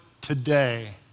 today